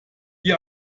die